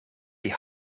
die